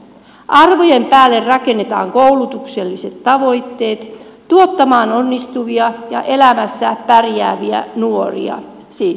arvojen päälle rakennetaan koulutukselliset tavoitteet tuottamaan onnistuvia ja elämässä pärjääviä nuoria siis se kalevalan sampo